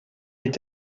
est